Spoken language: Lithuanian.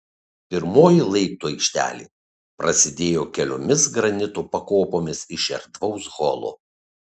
pirmoji laiptų aikštelė prasidėjo keliomis granito pakopomis iš erdvaus holo